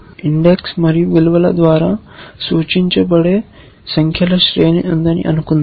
index మరియు విలువ ద్వారా సూచించబడే సంఖ్యల శ్రేణి ఉందని అనుకుందాం